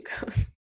goes